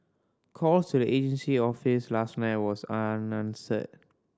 calls to the agency office last night was unanswered